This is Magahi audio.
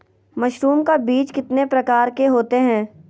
मशरूम का बीज कितने प्रकार के होते है?